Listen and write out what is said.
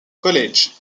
college